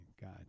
God